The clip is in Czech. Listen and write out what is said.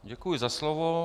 Děkuji za slovo.